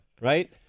Right